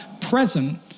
present